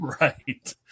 Right